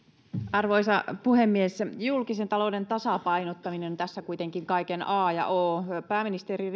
arvoisa puhemies julkisen talouden tasapainottaminen on tässä kuitenkin kaiken a ja o pääministeri